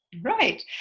right